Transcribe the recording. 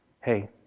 hey